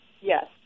yes